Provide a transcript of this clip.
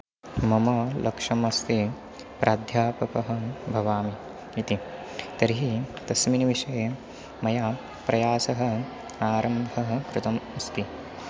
मम लक्ष्यमस्ति प्राध्यापकः भवामि इति तर्हि तस्मिन् विषये मया प्रयासः आरम्भः कृतः अस्ति